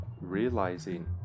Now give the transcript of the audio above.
realizing